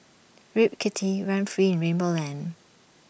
Rip Kitty run free in rainbow land